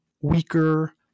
weaker